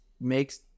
makes